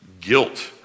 guilt